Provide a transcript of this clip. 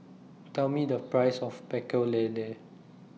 Tell Me The Price of Pecel Lele